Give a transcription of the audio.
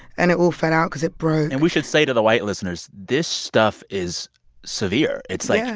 and it all fell out cause it broke and we should say to the white listeners, this stuff is severe. it's like. yeah,